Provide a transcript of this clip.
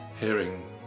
hearing